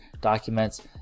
documents